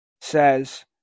says